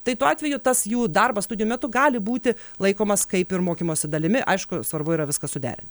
tai tuo atveju tas jų darbas studijų metu gali būti laikomas kaip ir mokymosi dalimi aišku svarbu yra viską suderin